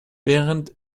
während